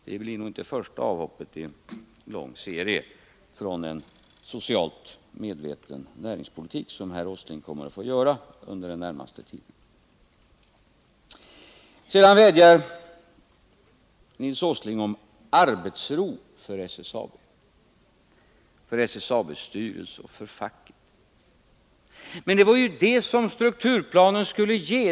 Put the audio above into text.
Det blir nog första avhoppet i en lång serie från en socialt medveten näringspolitik som herr Åsling kommer att få göra under den närmaste tiden. Sedan vädjar Nils Åsling om arbetsro för SSAB:s styrelse och för facket. Men det skulle ju strukturplanen ge.